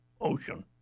ocean